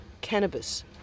cannabis